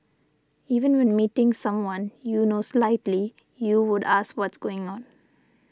even when meeting someone you know slightly you would ask what's going on